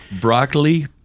broccoli